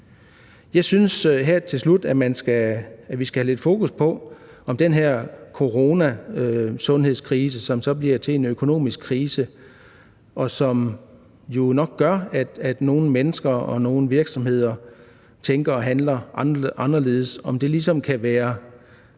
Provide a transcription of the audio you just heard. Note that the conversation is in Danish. Jeg synes, at vi her til slut skal have lidt fokus på, om den her coronasundhedskrise, som så bliver til en økonomisk krise, og som jo nok gør, at nogle mennesker og nogle virksomheder tænker og handler anderledes, ligesom kan være